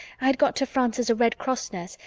i'd got to france as a red cross nurse,